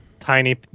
Tiny